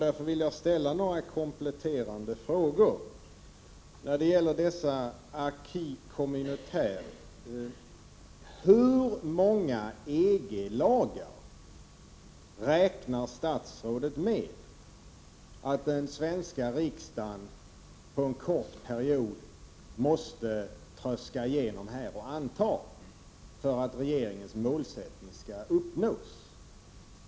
Därför vill jag ställa några kompletterande frågor. Jag skall först ta upp acquis communautaire. Hur många EG-lagar räknar statsrådet med att den svenska riksdagen under en kort period måste tröska igenom och anta, för att regeringens målsättning skall uppnås?